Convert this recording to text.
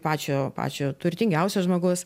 pačio pačio turtingiausio žmogus